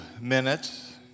minutes